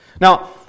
Now